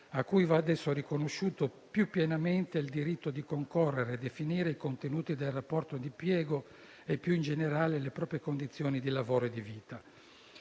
a cui va adesso riconosciuto più pienamente il diritto di concorrere e definire i contenuti del rapporto d'impiego e più in generale le proprie condizioni di lavoro e di vita.